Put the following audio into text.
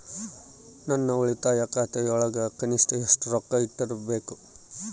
ನನ್ನ ಉಳಿತಾಯ ಖಾತೆಯೊಳಗ ಕನಿಷ್ಟ ಎಷ್ಟು ರೊಕ್ಕ ಇಟ್ಟಿರಬೇಕು?